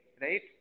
right